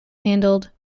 handled